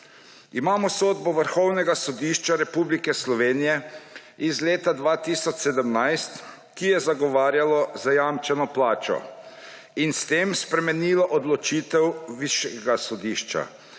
Imamo sodbo Vrhovnega sodišča Republike Slovenije iz leta 2017, ki je zagovarjalo zajamčeno plačo in s tem spremenilo odločitev višjega sodišča,